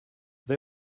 they